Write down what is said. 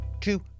two